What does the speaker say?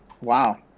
wow